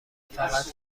فقط